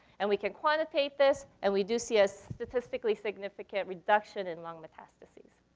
and we can quantitate this and we do see a statistically significant reduction in lung metastases.